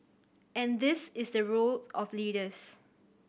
and this is the role of leaders